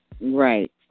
Right